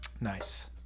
nice